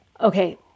okay